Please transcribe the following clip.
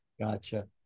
Gotcha